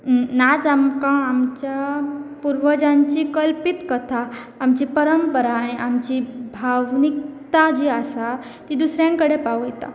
नाच आमकां आमच्या पुर्वजांची कल्पीत कथा आमची परंपरा आनी आमची भावनीकता जी आसा ती दुसऱ्यां कडेन पावयता